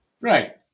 Right